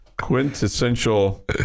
quintessential